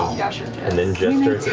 got yeah it. and then jester.